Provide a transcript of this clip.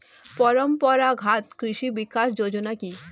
পরম্পরা ঘাত কৃষি বিকাশ যোজনা কি?